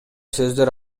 сөздөр